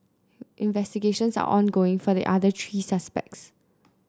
investigations are ongoing for the other three suspects